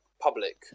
public